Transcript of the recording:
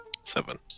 Seven